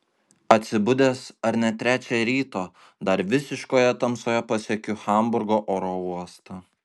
atsibudęs ar ne trečią ryto dar visiškoje tamsoje pasiekiu hamburgo oro uostą